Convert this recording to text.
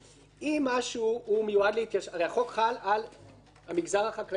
החוק חל הרי על המגזר החקלאי באיו"ש,